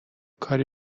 کاری